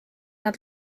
nad